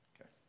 Okay